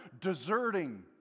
deserting